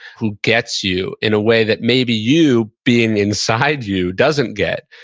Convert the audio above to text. who gets you in a way that maybe you, being inside you, doesn't get.